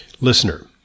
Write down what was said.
listener